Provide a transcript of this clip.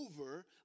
over